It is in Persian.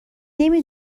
نمی